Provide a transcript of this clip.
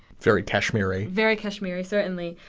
very kashmir-y very kashmir-y, certainly.